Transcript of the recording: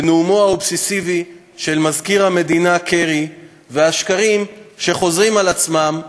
בנאומו האובססיבי של מזכיר המדינה קרי והשקרים שחוזרים על עצמם,